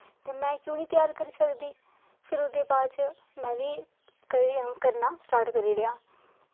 ते फिर में क्यों निं त्यार करी सकदी फिर ओह्दे बाद च में बी करना स्टार्ट करी ओड़ेआ